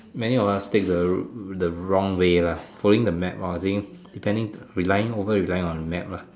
many of us take the the wrong way lah following the map or depending relying over relying on the map lah